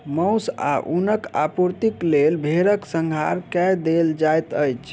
मौस आ ऊनक आपूर्तिक लेल भेड़क संहार कय देल जाइत अछि